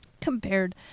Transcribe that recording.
compared